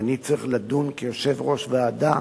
אני צריך לדון כיושב-ראש ועדה